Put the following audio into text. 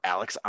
Alex